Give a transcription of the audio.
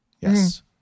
Yes